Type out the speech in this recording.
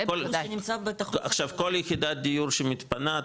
כי כל יחידת דיור שמתפנה,